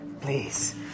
Please